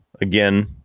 again